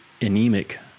anemic